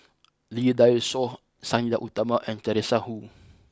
Lee Dai Soh Sang Nila Utama and Teresa Hsu